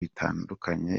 bitandukanye